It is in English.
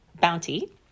bounty